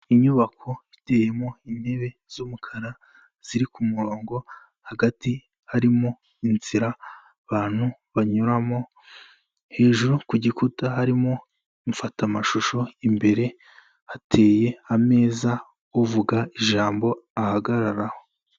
Inyubako iteyemo intebe z'umukara ziri kumurongo, hagati harimo inzira abantu banyuramo, hejuru ku gikuta harimo imfatamashusho, imbere hateye ameza uvuga ijambo ahagararaho.